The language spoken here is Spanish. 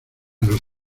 nos